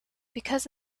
because